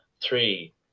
three